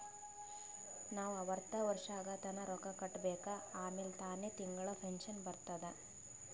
ನಾವ್ ಅರ್ವತ್ ವರ್ಷ ಆಗತನಾ ರೊಕ್ಕಾ ಕಟ್ಬೇಕ ಆಮ್ಯಾಲ ತಾನೆ ತಿಂಗಳಾ ಪೆನ್ಶನ್ ಬರ್ತುದ್